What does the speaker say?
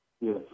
Yes